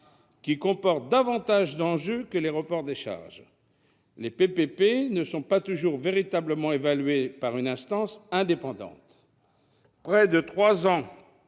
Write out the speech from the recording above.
qui comportent plus d'enjeux que les reports de charges. Les PPP ne sont toujours pas véritablement évalués par une instance indépendante,